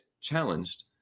challenged